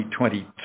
2022